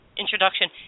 introduction